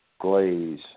glaze